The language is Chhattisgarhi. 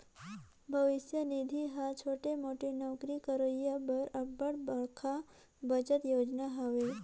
भविस निधि हर छोटे मोटे नउकरी करोइया बर अब्बड़ बड़खा बचत योजना हवे